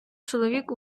чоловік